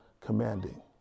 commanding